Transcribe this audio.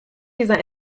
dieser